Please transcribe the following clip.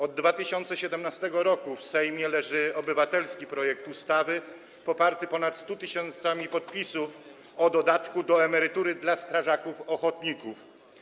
Od 2017 r. w Sejmie leży obywatelski projekt ustawy, poparty ponad 100 tys. podpisów, o dodatku do emerytury dla strażaków ochotników.